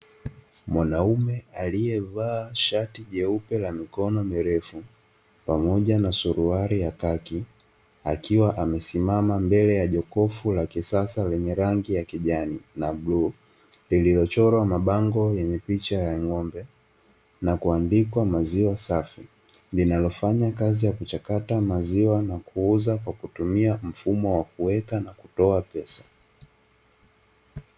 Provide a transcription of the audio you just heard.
Mwanaume aliyevaa shati jeupe la mikono mirefu, pamoja na suruali ya kaki, akiwa amesimama mbele ya jokofu la kisasa lenye rangi ya kijani na bluu, lililochorwa mabango yenye picha ya ng'ombe, na kuandikwa "Maziwa safi". Linalofanya kazi ya kuchakata maziwa na kuuza kwa kutumia mfumo wa kuweka na kutoa pesa.